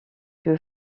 que